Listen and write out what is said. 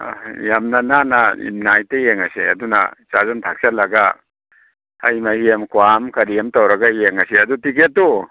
ꯌꯥꯝꯅ ꯅꯥꯟꯅ ꯅꯥꯏꯠꯇ ꯌꯦꯡꯉꯁꯦ ꯑꯗꯨꯅ ꯆꯥꯖꯟ ꯊꯛꯆꯜꯂꯒ ꯍꯩ ꯃꯍꯤ ꯑꯃ ꯀ꯭ꯋꯥ ꯑꯃ ꯀꯔꯤ ꯑꯃ ꯇꯧꯔꯒ ꯌꯦꯡꯉꯁꯦ ꯑꯗꯨ ꯇꯤꯀꯦꯠꯇꯨ